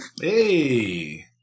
Hey